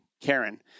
Karen